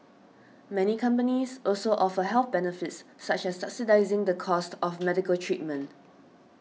many companies also offer health benefits such as subsidising the cost of medical treatment